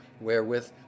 wherewith